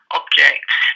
objects